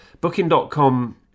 Booking.com